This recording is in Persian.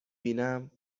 بینم